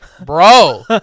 Bro